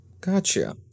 Gotcha